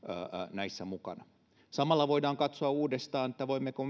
näissä mukana samalla voidaan katsoa uudestaan voimmeko